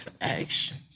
action